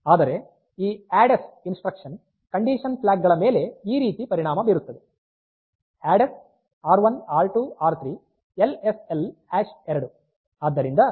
ಆದರೆ ಈ ADDS instruction condition flag ಗಳ ಮೇಲೆ ಈ ರೀತಿ ಪರಿಣಾಮ ಬೀರುತ್ತದೆ ಅಡ್ಡ್ಸ್ ಆರ್1 ಆರ್2 ಆರ್3 LSL 2